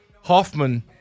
Hoffman